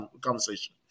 conversation